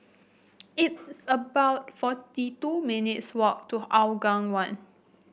it's about forty two minutes' walk to Hougang One